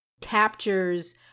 captures